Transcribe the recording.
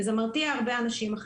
וזה מרתיע הרבה אנשים,